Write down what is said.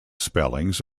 spellings